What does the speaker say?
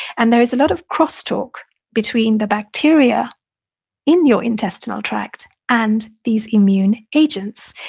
and there is a lot of crosstalk between the bacteria in your intestinal tract and these immune agents.